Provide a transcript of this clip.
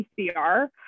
PCR